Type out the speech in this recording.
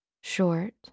short